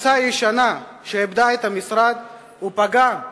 התפיסה הישנה שעבדה את המשרד ופגעה